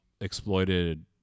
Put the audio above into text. exploited